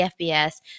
FBS